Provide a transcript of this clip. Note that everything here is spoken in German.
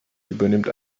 übernimmt